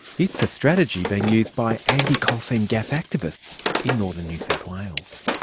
it's a strategy being used by anti coal seam gas activists in northern new south wales.